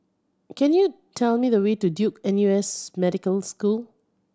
can you tell me the way to Duke N U S Medical School